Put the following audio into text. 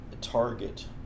target